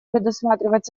предусматривать